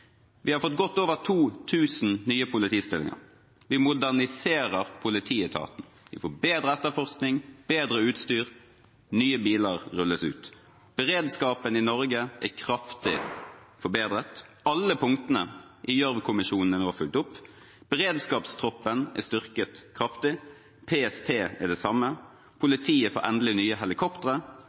Vi har fått godt over 2 000 nye politistillinger. Vi moderniserer politietaten. Vi får bedre etterforskning, bedre utstyr, og nye biler rulles ut. Beredskapen i Norge er kraftig forbedret. Alle punktene i Gjørv-kommisjonens rapport er nå fulgt opp. Beredskapstroppen er styrket kraftig, PST det samme, politiet får endelig nye helikoptre,